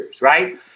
right